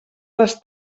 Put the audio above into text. les